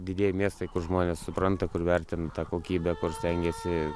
didieji miestai kur žmonės supranta kur vertina tą kokybę kur stengiasi